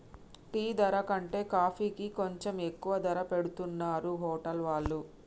tea ధర కంటే కాఫీకి కొంచెం ఎక్కువ ధర పెట్టుతున్నరు హోటల్ వాళ్ళు